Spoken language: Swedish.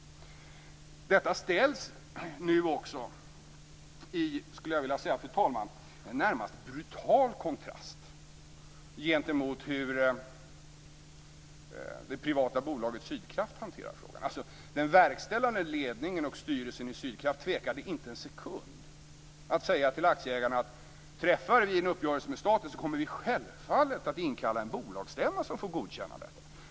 Detta ställs, fru talman, i närmast brutal kontrast gentemot hur det privata bolaget Sydkraft hanterar frågan. Den verkställande ledningen och styrelsen i Sydkraft tvekade inte en sekund att säga till aktieägarna: Träffar vi en uppgörelse med staten kommer vi självfallet att inkalla en bolagsstämma som får godkänna detta.